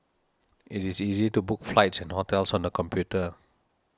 it is easy to book flights and hotels on the computer